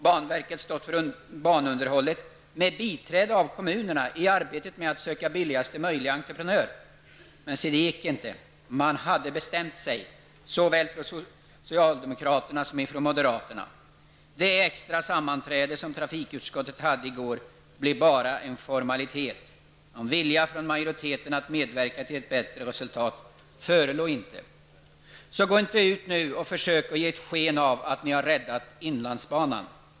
Banverket kunde ha stått för banunderhållet med biträde av kommunerna i arbetet med att söka billigast möjliga entreprenör. Men se det gick inte. Man hade bestämt sig såväl från socialdemokraterna som ifrån moderaterna. Det extra sammanträde som trafikutskottet hade i går blev bara en formalitet. Någon vilja från majoriteten att medverka till ett bättre resultat förelåg inte. Men gå nu inte ut och ge sken av att ni räddat inlandsbanan!